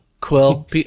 Quill